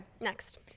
Next